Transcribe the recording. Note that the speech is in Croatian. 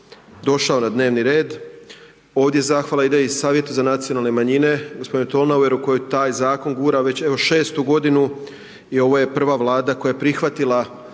došao na dnevni red. Ovdje zahvala ide iz Savjeta za nacionalne manjine g. Tolnaueru koji taj zakon gura već evo 6.-tu godinu i ovo je prva Vlada koja je prihvatila